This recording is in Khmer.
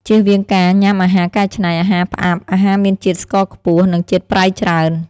ជៀសវាងការញាំអាហារកែច្នៃ អាហារផ្អាប់ អាហារមានជាតិស្ករខ្ពស់ និងជាតិប្រៃច្រើន ។